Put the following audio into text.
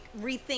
rethink